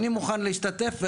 אני מוכן להשתתף,